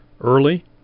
Early